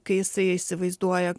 kai jisai įsivaizduoja kad yra